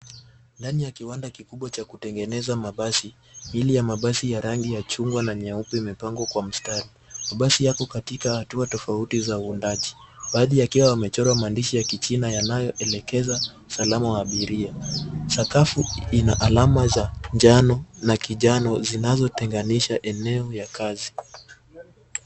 Ndani ya kiwanda kikubwa cha kutengeneza mabasi, miili ya mabasi ya rangi ya chungwa na nyeupe imepangwa kwa mstari. Mabasi yako katika hatua tofauti za uundaji, baadhi yakiwa yamechorwa maandishi ya Kichina , yanayoelekeza usalama wa abiria. Sakafu ina alama za njano na kijani, zinazotengenisha eneo ya kazi.